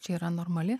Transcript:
čia yra normali